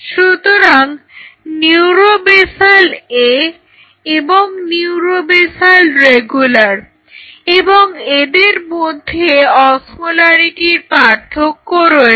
সুতরাং neuro basal A এবং neuro basal regular এবং এদের মধ্যে অসমোলারিটির পার্থক্য রয়েছে